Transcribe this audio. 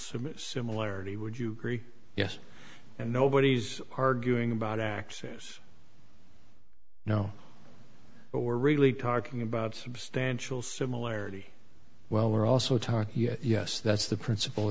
some similarity would you agree yes and nobody's arguing about access no but we're really talking about substantial similarity well we're also talk yet yes that's the princip